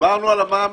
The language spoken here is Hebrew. דיברנו על המע"מ.